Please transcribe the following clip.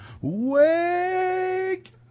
Wake